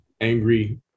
angry